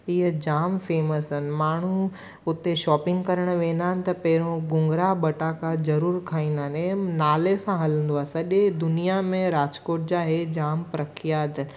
इहे जामु फेमस आहिनि माण्हू उते शॉपिंग करणु वेंदा आहिनि त पहिरियों भूंगरा बटाटा ज़रूरु खाईंदा आहिनि हे नाले सां हलंदो आहे सॼे दुनिया में राजकोट जा हे जामु प्रख्यात